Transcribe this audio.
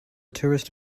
tourist